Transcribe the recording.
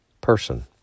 person